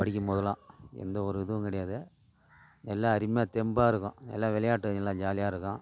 படிக்கும் போதெலாம் எந்த ஒரு இதுவும் கிடையாது நல்லா அருமையாக தெம்பாக இருக்கும் எல்லாம் விளையாட்டும் எல்லாம் ஜாலியாக இருக்கும்